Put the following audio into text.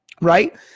right